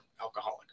alcoholic